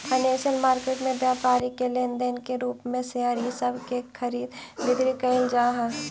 financial market में व्यापारी के लेन देन के रूप में शेयर इ सब के खरीद बिक्री कैइल जा हई